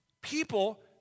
people